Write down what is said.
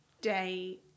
day